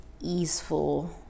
easeful